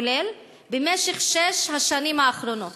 כולל, במשך שש השנים האחרונות?